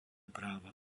práva